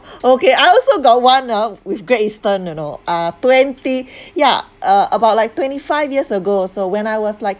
okay I also got one ah with great eastern you know uh twenty yeah uh about like twenty five years ago so when I was like